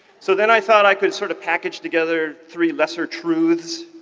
so then i thought i could sort of package together three lesser truths,